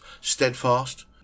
steadfast